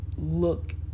look